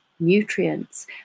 nutrients